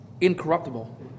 incorruptible